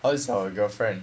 how is your girlfriend